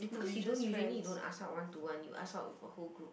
because you don't usually you don't ask out one to one you ask out with the whole group